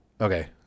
Okay